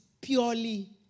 purely